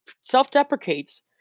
self-deprecates